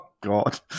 God